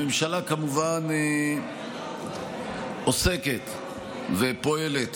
הממשלה כמובן עוסקת ופועלת